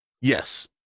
Yes